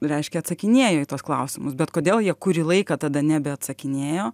reiškia atsakinėja į tuos klausimus bet kodėl jie kurį laiką tada nebeatsakinėjo